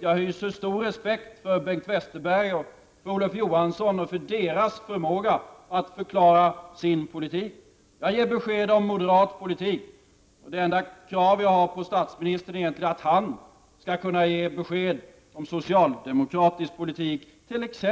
Jag hyser stor respekt för Bengt Westerberg och Olof Johansson och för deras förmåga att förklara sin politik, Jag ger besked om moderat politik. Och det enda egentliga krav jag har på statsministern är att han skall kunna ge besked om socialdemokratisk politik, t.ex.